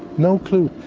no clue,